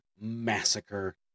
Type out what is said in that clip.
Massacre